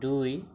দুই